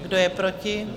Kdo je proti?